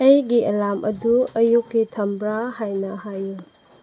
ꯑꯩꯒꯤ ꯑꯦꯂꯥꯝ ꯑꯗꯨ ꯑꯌꯨꯛꯀꯤ ꯊꯝꯕ꯭ꯔꯥ ꯍꯥꯏꯅ ꯍꯥꯏꯌꯨ